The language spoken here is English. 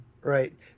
Right